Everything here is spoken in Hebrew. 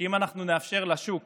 שאם אנחנו נאפשר לשוק